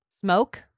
Smoke